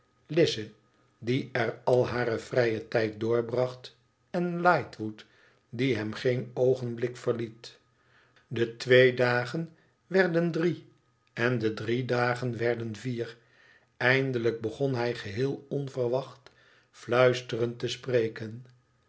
die er al haar vrijen tijd doorbracht en lightwood die hem geen oogenblik verliet de twee dagen werden drie en de drie dagen werden vier eindelijk begon hij geheel onverwacht fluisterend te spreken